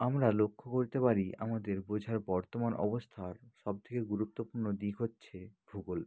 আমরা লক্ষ্য করতে পারি আমাদের বোঝার বর্তমান অবস্থার সব থেকে গুরুত্বপূর্ণ দিক হচ্ছে ভূগোল